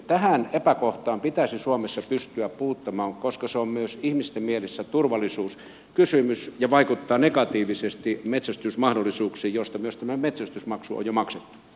tähän epäkohtaan pitäisi suomessa pystyä puuttumaan koska se on myös ihmisten mielissä turvallisuuskysymys ja vaikuttaa negatiivisesti metsästysmahdollisuuksiin joista myös tämä metsästysmaksu on jo maksettu